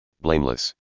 blameless